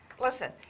Listen